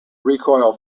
recoil